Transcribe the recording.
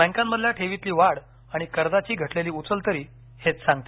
बँकांमधल्या ठेवींतली वाढ आणि कर्जाची घटलेली उचल तरी हेच सांगते